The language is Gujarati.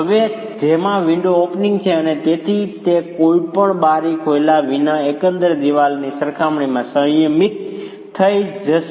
હવે જેમાં વિન્ડો ઓપનિંગ છે અને તેથી તે કોઈ પણ બારી ખોલ્યા વિના એકંદર દિવાલની સરખામણીમાં સંયમિત થઈ જશે